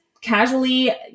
casually